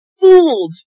fooled